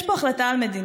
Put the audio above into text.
יש פה החלטה על מדיניות,